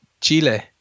Chile